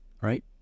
right